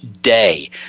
day